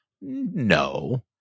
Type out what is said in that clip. No